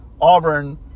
auburn